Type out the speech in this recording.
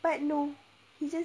but no he just